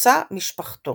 מוצא משפחתו